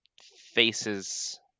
faces